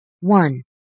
One